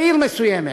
בעיר מסוימת,